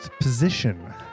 position